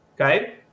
okay